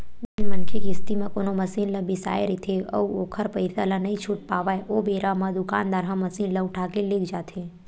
जेन मनखे किस्ती म कोनो मसीन ल बिसाय रहिथे अउ ओखर पइसा ल नइ छूट पावय ओ बेरा म दुकानदार ह मसीन ल उठाके लेग जाथे